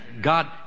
God